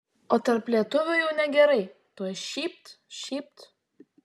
o tarp lietuvių jau negerai tuoj šypt šypt